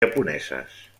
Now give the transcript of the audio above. japoneses